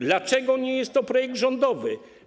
Dlaczego nie jest to projekt rządowy?